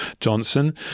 Johnson